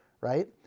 right